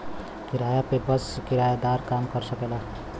किराया पे बस किराएदारे काम कर सकेला